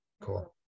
cool